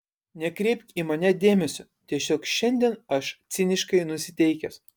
nekreipk į mane dėmesio tiesiog šiandien aš ciniškai nusiteikęs